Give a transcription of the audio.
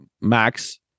Max